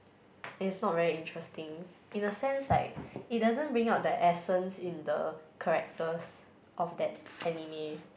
and it's not very interesting in a sense like it doesn't bring out the essence in the characters of that anime